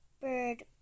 bird